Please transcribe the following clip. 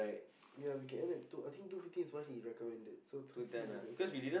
ya we can end at two I think two fifteen is what he recommended so two fifteen we better